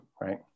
right